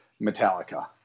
Metallica